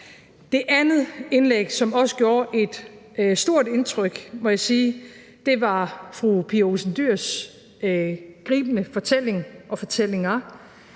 Det andet indlæg, som også gjorde et stort indtryk, må jeg sige, var fru Pia Olsen Dyhrs gribende fortælling og fortællinger